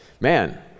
Man